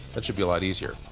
that should be a lot easier.